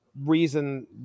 reason